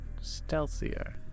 stealthier